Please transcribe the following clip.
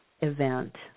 event